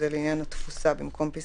שהציג אישור על תוצאת בדיקה